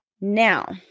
now